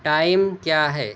time کیا ہے